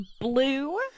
blue